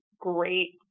great